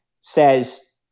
says